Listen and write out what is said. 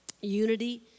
unity